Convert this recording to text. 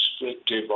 restrictive